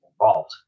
involved